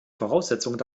voraussetzungen